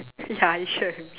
ya you shared with me